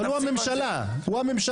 אבל הוא הממשלה, הוא הממשלה.